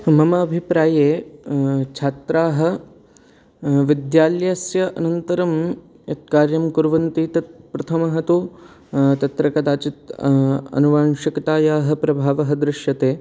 मम अभिप्राये छात्राः विद्यालयस्य अनन्तरं यत् कार्यं कुर्वन्ति तत् प्रथमं तु तत्र कदाचित् आनुवांशिकतायाः प्रभावः दृश्यते